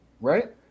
right